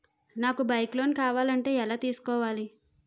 నాకు bike loan కావాలంటే ఎలా తీసుకోవాలి?